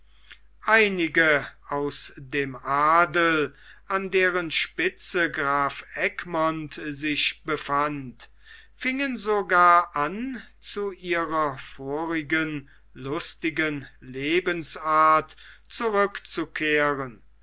einige aus dem adel an deren spitze graf egmont sich befand fingen sogar an zu ihrer vorigen lustigen lebensart zurückzukehren